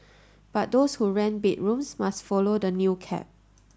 but those who rent bedrooms must follow the new cap